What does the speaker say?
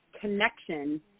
connection